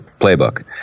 playbook